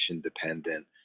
dependent